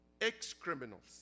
ex-criminals